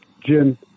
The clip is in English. Jim